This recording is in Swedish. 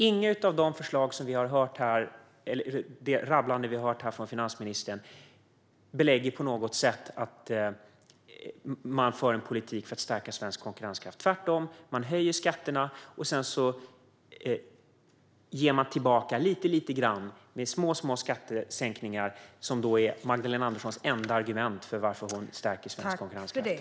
Inget av de förslag vi har hört finansministern rabbla upp belägger på något sätt att man för en politik för att stärka svensk konkurrenskraft. Tvärtom höjer man skatterna, och sedan ger man tillbaka lite grann med små skattesänkningar. Det är Magdalena Anderssons enda argument för varför hon stärker svensk konkurrenskraft.